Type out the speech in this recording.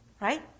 Right